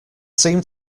seem